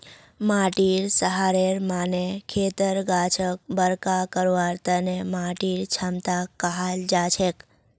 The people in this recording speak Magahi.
माटीर सहारेर माने खेतर गाछक बरका करवार तने माटीर क्षमताक कहाल जाछेक